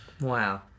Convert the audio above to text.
Wow